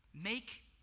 make